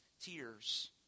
tears